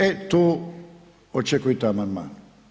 E tu očekujte amandman.